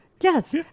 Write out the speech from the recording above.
Yes